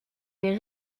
des